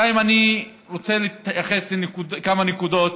2. אני רוצה להתייחס לכמה נקודות.